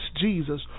Jesus